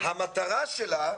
המטרה שלה,